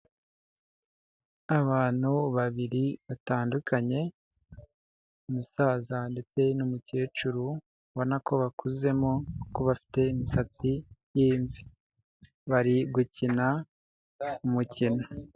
Abantu babiri batandukanye, umusaza ndetse n'umukecuru, ubona ko bakuzemo kuko bafite imisatsi y'imvi, bari gukina umukino.